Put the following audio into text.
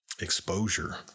exposure